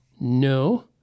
No